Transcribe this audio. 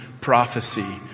prophecy